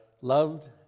loved